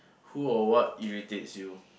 who or what irritates you